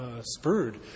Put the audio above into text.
spurred